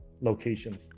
locations